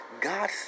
God